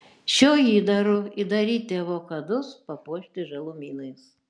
šiuo įdaru įdaryti avokadus papuošti žalumynais